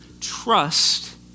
trust